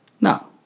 No